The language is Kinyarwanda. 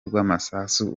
rw’amasasu